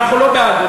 אדוני,